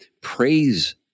Praise